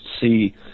see